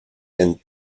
and